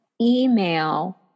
email